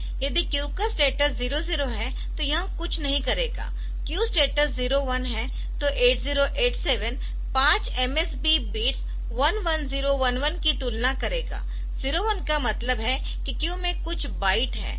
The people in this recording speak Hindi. यदि क्यू का स्टेटस 0 0 है तो यह कुछ नहीं करेगा क्यू स्टेटस 01 है तो 8087 पांच MSB बिट्स 11011 की तुलना करेगा 01 का मतलब है कि क्यू में कुछ बाइट है